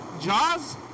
Jaws